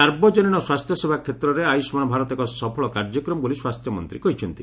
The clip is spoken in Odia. ସାର୍ବଜନୀନ ସ୍ୱାସ୍ଥ୍ୟସେବା କ୍ଷେତ୍ରରେ ଆୟୁଷ୍ମାନ୍ ଭାରତ ଏକ ସଫଳ କାର୍ଯ୍ୟକ୍ରମ ବୋଲି ସ୍ୱାସ୍ଥ୍ୟମନ୍ତ୍ରୀ କହିଛନ୍ତି